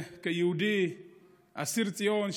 כיהודי אסיר ציון,